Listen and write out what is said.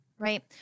Right